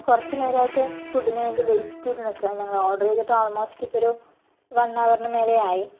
ഞാൻ കുറച്ചു നേരമായിട്ട് ഫുഡിന് വേണ്ടി വെയിറ്റ് ചെയ്ത് നിൽക്കുകയാണ് ഞങ്ങൾ ഓർഡർ ചെയ്തിട്ട് ഓൾമോസ്റ്റ് ഒരു വൺ അവറിനു മേലെ ആയി